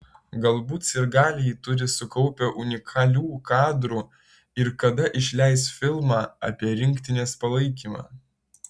galbūt sirgaliai turi sukaupę unikalių kadrų ir kada išleis filmą apie rinktinės palaikymą